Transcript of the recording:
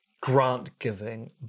grant-giving